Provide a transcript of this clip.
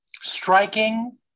Striking